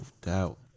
doubt